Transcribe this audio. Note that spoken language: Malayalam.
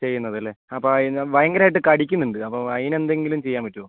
ചെയ്യുന്നത് അല്ലേ അപ്പം അതിന് ഭയങ്കരമായിട്ട് കടിക്കുന്നുണ്ട് അപ്പോൾ അതിന് എന്തെങ്കിലും ചെയ്യാൻ പറ്റുവോ